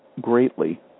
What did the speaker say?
greatly